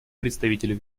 представителю